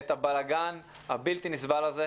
את הבלגאן הבלתי נסבל הזה.